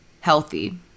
healthy